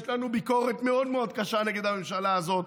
יש לנו ביקורת מאוד מאוד קשה נגד הממשלה הזאת,